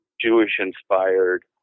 Jewish-inspired